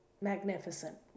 magnificent